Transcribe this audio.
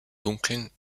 dunkeln